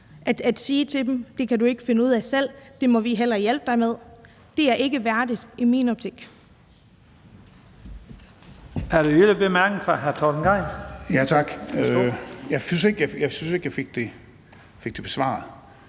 At sige til dem, at det kan du ikke finde ud af selv, det må vi hellere hjælpe dig med, er ikke værdigt i min optik.